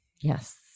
Yes